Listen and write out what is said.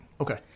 Okay